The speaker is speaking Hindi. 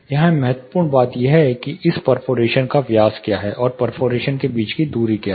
यहाँ महत्वपूर्ण बात यह है कि इस परफोर्रेशन का व्यास क्या है और परफोर्रेशन के बीच की दूरी क्या है